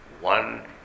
one